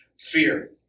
fear